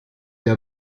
der